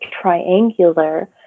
triangular